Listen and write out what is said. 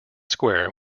square